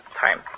time